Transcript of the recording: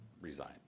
resign